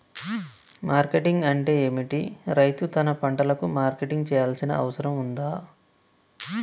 Marketing అంటే ఏమిటి? రైతు తన పంటలకు మార్కెటింగ్ చేయాల్సిన అవసరం ఉందా?